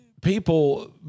people